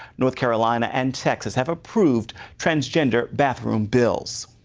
north carolina and texas have approved transgender bathroom bills.